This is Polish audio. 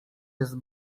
jest